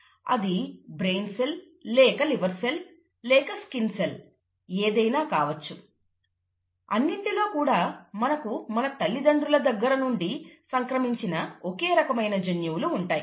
అది brain cell లేక liver cell లేక స్కిన్ సెల్ ఏదైనా కావచ్చు అన్నింటిలో కూడా మనకు మన తల్లిదండ్రుల దగ్గర నుండి సంక్రమించిన ఒకేరకమైన జన్యువులు ఉంటాయి